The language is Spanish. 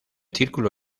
círculo